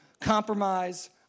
compromise